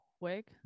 quick